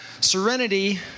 serenity